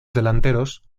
delanteros